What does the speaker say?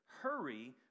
hurry